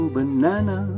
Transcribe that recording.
Banana